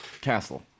castle